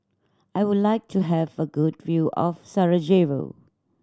I would like to have a good view of Sarajevo